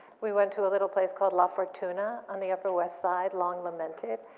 we went to a little place called la fortuna on the upper west side, long lamented,